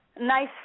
nice